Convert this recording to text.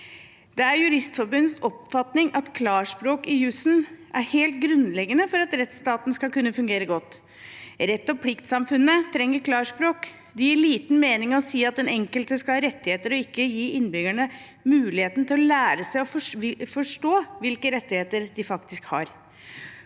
Det er Juristforbundets oppfatning at klarspråk i jussen er helt grunnleggende for at rettsstaten skal kunne fungere godt. Rett og plikt-samfunnet trenger klarspråk. Det gir liten mening å si at den enkelte skal ha rettigheter, og ikke gi innbyggerne muligheten til å lære seg å forstå hvilke rettigheter de faktisk har.